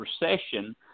recession